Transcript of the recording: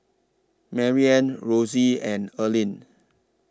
Maryanne Rosie and Erlene